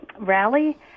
rally